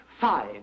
Fine